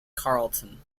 carlton